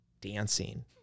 Dancing